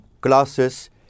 classes